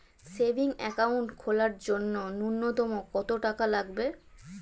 Savings account খোলার জন্য নূন্যতম কত টাকা লাগবে?